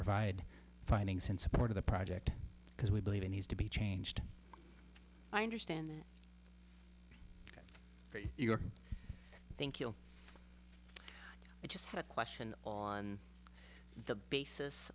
provide findings in support of the project because we believe it needs to be changed i understand your thank you i just had a question on the basis